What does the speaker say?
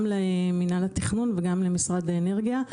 גם למינהל התכנון וגם למשרד האנרגיה: